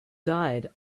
died